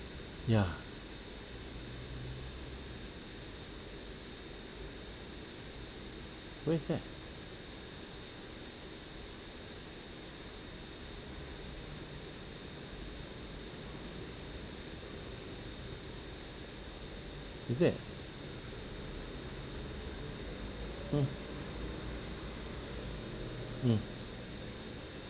ya where's that is it mm mm